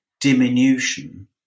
diminution